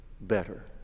better